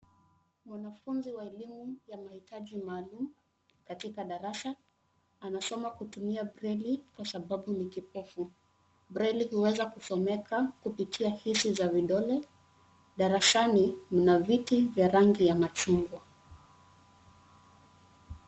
Mwanafunzi wa elimu ya mahitaji maalumu katika darasa anasoma kutumia breli kwa sababu ni kipofu. Breli huweza kusomeka kupitia hisi za vidole darasani kuna viti vya rangi ya machungwa.